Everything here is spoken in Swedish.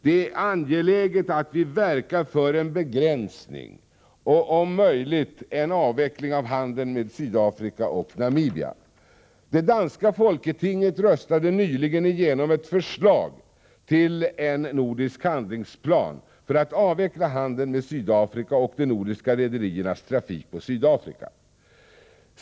Det är angeläget att vi verkar för en begränsning och om möjligt en avveckling av handeln med Sydafrika och Namibia. Det danska folketinget röstade nyligen igenom ett förslag till en nordisk handlingsplan för att avveckla handeln med Sydafrika och de nordiska rederiernas trafik på Sydafrika.